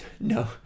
No